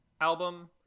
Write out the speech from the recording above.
album